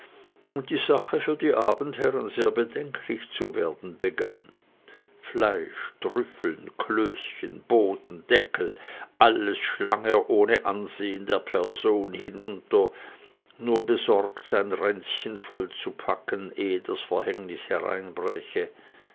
und die sache für die abendherren sehr bedenklich zu werden begann fleisch trüffeln klößchen boden deckel alles schlang er ohne ansehen der person hinunter nur besorgt sein ränzchen vollzupacken ehe das verhängnis hereinbräche